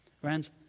Friends